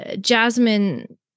Jasmine